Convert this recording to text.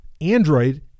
Android